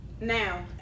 Now